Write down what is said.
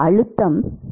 மாணவர் அழுத்தம் சாய்வு